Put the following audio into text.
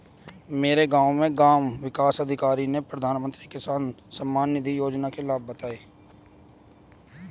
मेरे गांव में ग्राम विकास अधिकारी ने प्रधानमंत्री किसान सम्मान निधि योजना के लाभ बताएं